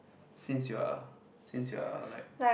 since you are a since you are a like